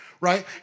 right